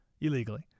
illegally